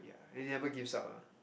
and he haven't give up lah